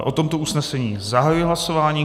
O tomto usnesení zahajuji hlasování.